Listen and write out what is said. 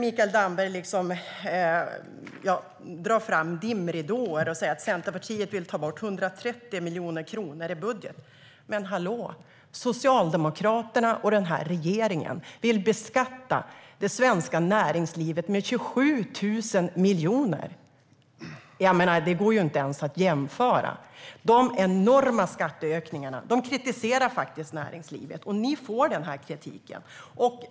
Mikael Damberg försöker sprida dimridåer och säger att Centerpartiet vill ta bort 130 miljoner kronor i budgeten. Men hallå! Socialdemokraterna och den här regeringen vill beskatta det svenska näringslivet med 27 000 miljoner! Det går ju inte ens att jämföra. Dessa enorma skatteökningar kritiseras av näringslivet. Ni får den kritiken.